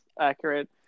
accurate